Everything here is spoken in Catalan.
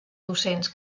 docents